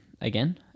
again